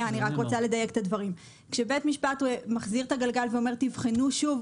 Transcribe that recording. אני רוצה לדייק את הדברים: כשבית משפט מחזיר את הגלגל ואומר: תבחנו שוב,